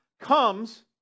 comes